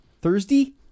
Thursday